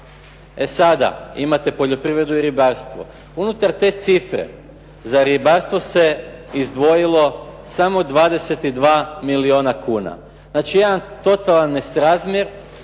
E sada imate poljoprivredu i ribarstvo. Unutar te cifre za ribarstvo se izdvojilo samo 22 milijuna kuna. Znači jedan totalan nesrazmjer,